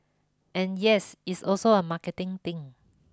and yes it's also a marketing thing